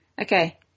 Okay